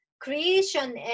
creation